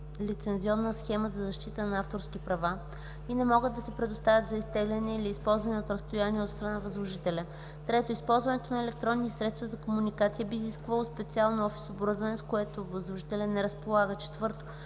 лицензионна схема за защита на авторски права и не могат да се предоставят за изтегляне или използване от разстояние от страна на възложителя; 3. използването на електронни средства за комуникация би изисквало специално офис оборудване, с което възложителят не разполага; 4.